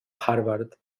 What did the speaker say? harvard